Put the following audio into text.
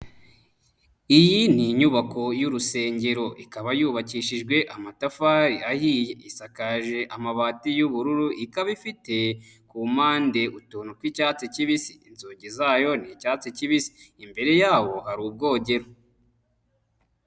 Iyi ni inyubako y'urusengero, ikaba yubakishijwe amatafari ahiye, isakaje amabati y'ubururu, ikaba ifite ku mpande utuntu tw'icyatsi kibisi. Inzugi zayo ni icyatsi kibisi. Imbere ya hari ubwogero.